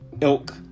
ilk